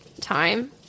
time